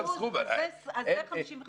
100% אז זה 55%. בואו נדבר על סכום,